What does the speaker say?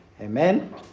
Amen